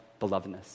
belovedness